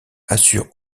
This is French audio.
assure